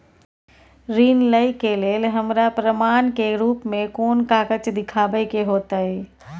ऋण लय के लेल हमरा प्रमाण के रूप में कोन कागज़ दिखाबै के होतय?